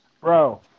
Bro